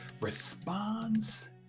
responds